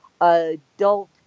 adult